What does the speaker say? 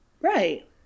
Right